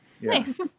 nice